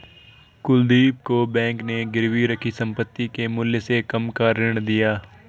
कुलदीप को बैंक ने गिरवी रखी संपत्ति के मूल्य से कम का ऋण दिया